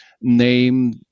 name